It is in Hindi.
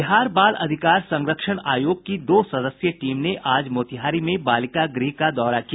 बिहार बाल अधिकार संरक्षण आयोग की दो सदस्यीय टीम ने आज मोतिहारी में बालिका गृह का दौरा किया